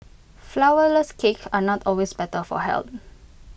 Flourless Cakes are not always better for health